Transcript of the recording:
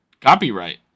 copyright